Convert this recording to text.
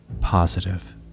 Positive